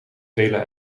vele